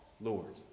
Lord